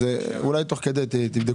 אז אולי תוך כדי תבדקו.